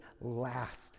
last